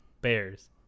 Bears